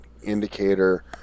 indicator